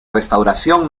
restauración